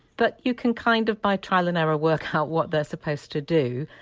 but you can kind of by trial and error work out what they're supposed to do.